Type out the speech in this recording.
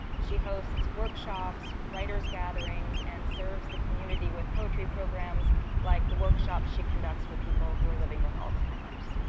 she hosts workshops, writers' gatherings, and serves the community with poetry programs like the workshops she conducts for people who are living with alzheimer's.